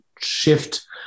shift